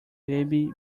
baby